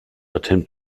attempt